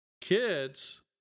Kids